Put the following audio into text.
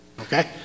okay